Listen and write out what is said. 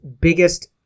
biggest